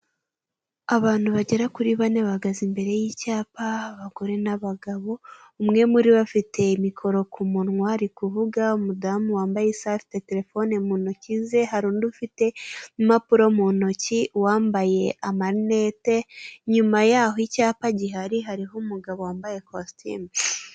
Abantu bagera kuri bane bahagaze imbere y'icyapa abagore n'abagabo, umwe muri bo afite micro ku munwa ari kuvuga, umudamu wambaye isaha afite telefoni mu ntoki ze, hari undi ufite impapuro mu ntoki, uwambaye amalunette nyuma yaho icyapa gihari hariho umugabo wambaye costume.